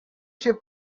się